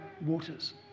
waters